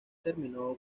terminó